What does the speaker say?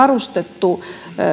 varustettu